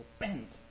bent